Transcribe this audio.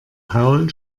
paul